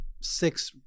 six